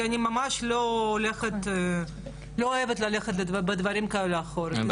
כי אני ממש לא אוהבת ללכת בדברים כאלה אחורה.